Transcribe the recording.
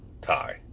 tie